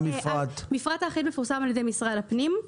המפרט האחיד מפורסם על ידי משרד הפנים.